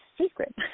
secret